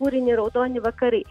kūrinį raudoni vakarai